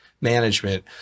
management